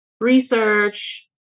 research